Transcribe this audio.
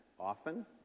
often